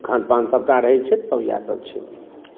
खान पान सभटा रहैत छै सभ इएह सभ छै